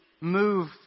move